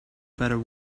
better